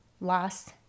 loss